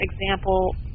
example